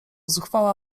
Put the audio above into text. zuchwała